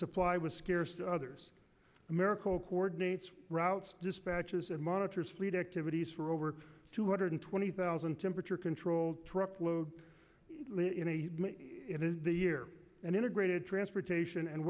supply was scarce others americal coordinates routes dispatches and monitors fleet activities for over two hundred twenty thousand temperature controlled truckload the year and integrated transportation and